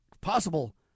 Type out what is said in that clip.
possible